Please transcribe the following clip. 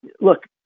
look